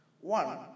One